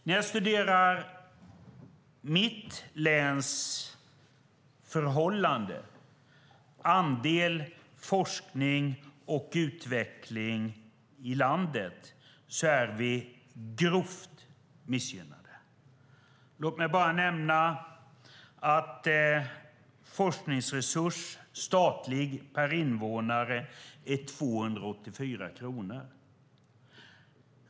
När jag studerar mitt läns förhållande vad gäller andel forskning och utveckling i landet ser jag att vi är grovt missgynnade. Låt mig bara nämna att statlig forskningsresurs per invånare är 284 kronor.